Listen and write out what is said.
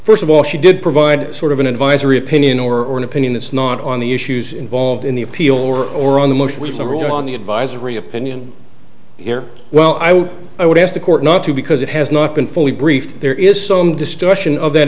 first of all she did provide sort of an advisory opinion or opinion it's not on the issues involved in the appeal or or on the most recent ruling on the advisory opinion here well i would i would ask the court not to because it has not been fully briefed there is some discussion of that